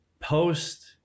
post